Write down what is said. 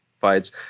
fights